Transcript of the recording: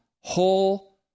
whole